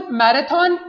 marathon